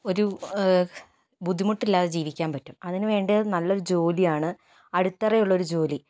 ഒരു ബുദ്ധിമുട്ട് ഇല്ലാതെ ജീവിക്കാൻ പറ്റും അതിനു വേണ്ടത് നല്ലൊരു ജോലിയാണ് അടിത്തറയുള്ള ഒരു ജോലി